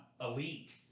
elite